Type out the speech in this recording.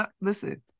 listen